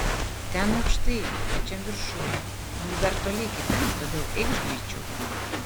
ten aukštai pačiam viršuj mums dar toli iki ten todėl eikš greičiau